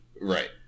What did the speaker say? Right